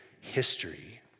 history